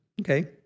Okay